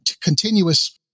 continuous